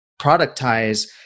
productize